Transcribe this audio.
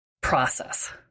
process